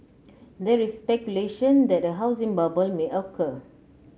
there is speculation that a housing bubble may occur